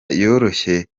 yoroshye